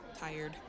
tired